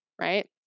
right